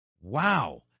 Wow